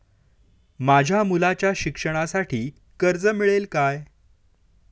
माझ्या मुलाच्या शिक्षणासाठी कर्ज मिळेल काय?